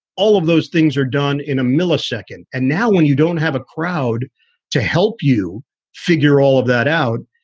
all of those things are done in a millisecond. and now when you don't have a crowd to help you figure all of that out,